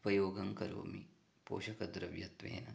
उपयोगं करोमि पोषकद्रव्यत्वेन